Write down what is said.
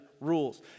rules